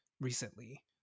recently